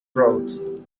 wrote